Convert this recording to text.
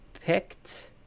picked